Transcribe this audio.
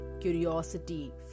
curiosity